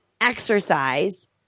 exercise